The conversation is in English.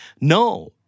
No